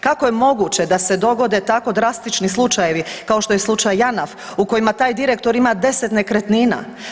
Kako je moguće da se dogode tako drastični slučajevi kao što je slučaj Janaf u kojima taj direktor ima 10 nekretnina?